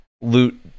loot